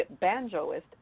banjoist